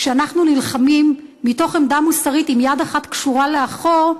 כשאנחנו נלחמים מתוך עמדה מוסרית עם יד אחת קשורה לאחור,